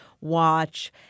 watch